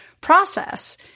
process